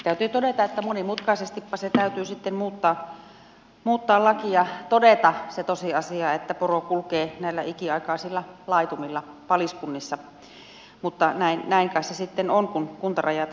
täytyy todeta että monimutkaisestipa se täytyy sitten muuttaa laki ja todeta se tosiasia että poro kulkee näillä ikiaikaisilla laitumilla paliskunnissa mutta näin kai se sitten on kun kuntarajat muuttuvat